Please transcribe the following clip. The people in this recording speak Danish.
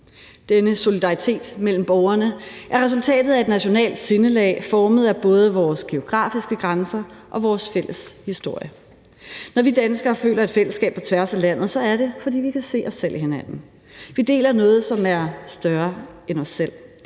Denne solidaritet mellem borgerne er resultatet af et nationalt sindelag formet af både vores geografiske grænser og vores fælles historie. Når vi danskere føler et fællesskab på tværs af landet, er det, fordi vi kan se os selv i hinanden. Vi deler noget, som er større end os selv.